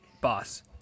boss